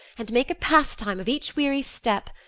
and make a pastime of each weary step,